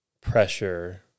pressure